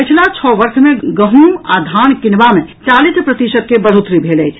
पछिला छओ वर्ष मे गहूँम आ धान कीनबा मे चालीस प्रतिशत के बढ़ोतरी भेल अछि